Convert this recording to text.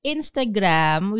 Instagram